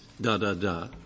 da-da-da